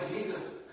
Jesus